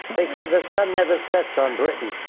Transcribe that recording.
they said the sun never sets on britain.